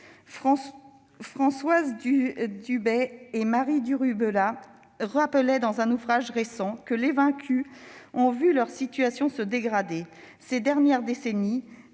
François Dubet et Marie Duru-Bellat rappelaient dans un ouvrage récent que les vaincus ont vu leur situation se dégrader ces dernières décennies,